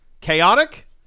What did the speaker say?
Chaotic